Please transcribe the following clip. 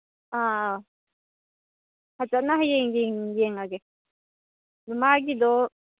ꯑ ꯐꯖꯅ ꯍꯌꯦꯡ ꯌꯦꯡꯉꯒꯦ ꯃꯥꯒꯤꯗꯣ